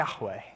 Yahweh